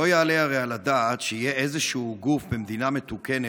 לא יעלה הרי על הדעת שיהיה איזשהו גוף במדינה מתוקנת,